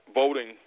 voting